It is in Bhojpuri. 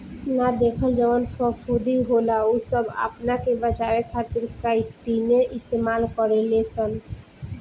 ना देखल जवन फफूंदी होला उ सब आपना के बचावे खातिर काइतीने इस्तेमाल करे लसन